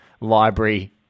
library